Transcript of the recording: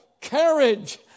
courage